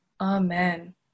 Amen